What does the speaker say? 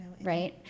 Right